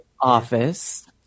office